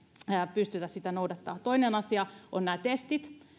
pystytä sitä noudattamaan toinen asia on testit